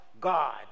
God